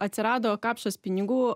atsirado kapšas pinigų